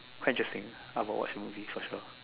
quite interesting I will watch the movie for sure